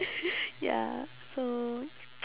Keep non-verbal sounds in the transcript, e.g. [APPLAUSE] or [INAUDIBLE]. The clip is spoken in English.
[NOISE] ya so [NOISE]